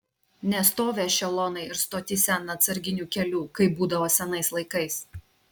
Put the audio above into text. nestovi ešelonai ir stotyse ant atsarginių kelių kaip būdavo senais laikais